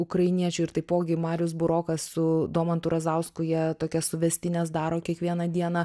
ukrainiečių ir taipogi marius burokas su domantu razausku jie tokias suvestines daro kiekvieną dieną